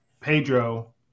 Pedro